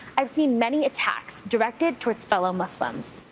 i've seen many attacks directed towards fellow muslims.